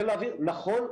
נכון,